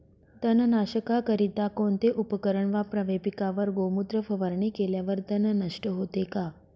तणनाशकाकरिता कोणते उपकरण वापरावे? पिकावर गोमूत्र फवारणी केल्यावर तण नष्ट होते का?